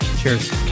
Cheers